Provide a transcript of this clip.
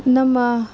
ನಮ್ಮ